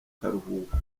karuhuko